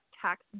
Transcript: tax